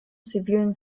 zivilen